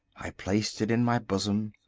i placed it in my bosom.